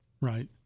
Right